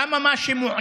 למה מה שמוענק